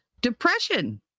Depression